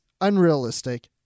unrealistic